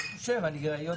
היות